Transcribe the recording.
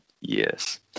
Yes